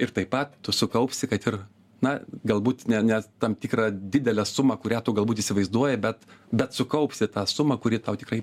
ir taip pat tu sukaupsi kad ir na galbūt ne ne tam tikrą didelę sumą kurią tu galbūt įsivaizduoji bet bet sukaupsi tą sumą kuri tau tikrai